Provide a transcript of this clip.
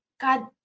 God